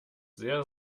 sehr